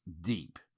deep